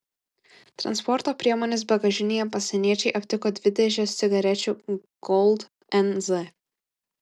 transporto priemonės bagažinėje pasieniečiai aptiko dvi dėžes cigarečių gold nz